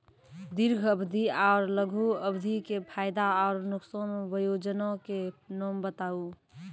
दीर्घ अवधि आर लघु अवधि के फायदा आर नुकसान? वयोजना के नाम बताऊ?